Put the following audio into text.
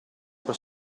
per